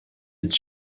its